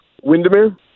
Windermere